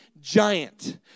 giant